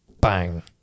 Bang